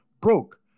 broke